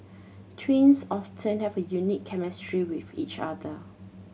twins often have a unique chemistry with each other